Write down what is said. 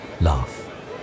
laugh